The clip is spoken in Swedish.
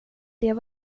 det